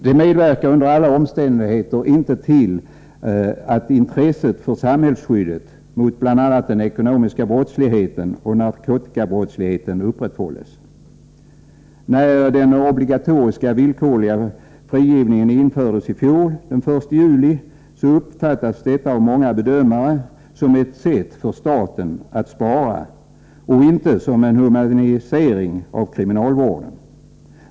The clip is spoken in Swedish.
Det medverkar under alla omständigheter inte till att intresset för samhällsskyddet mot bl.a. den ekonomiska brottsligheten och narkotikabrottsligheten upprätthålls. När den obligatoriska, villkorliga frigivningen infördes den 1 juli i fjol, så uppfattades detta av många bedömare som ett sätt för staten att spara och inte som en humanisering av kriminalvården.